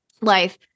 life